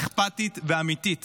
אכפתית ואמיתית